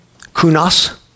kunas